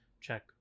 check